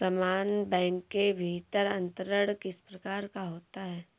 समान बैंक के भीतर अंतरण किस प्रकार का होता है?